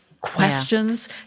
questions